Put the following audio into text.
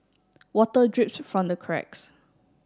water drips from the cracks